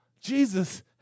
Jesus